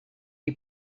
you